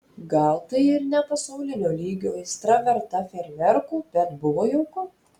gal tai ir ne pasaulinio lygio aistra verta fejerverkų bet buvo jauku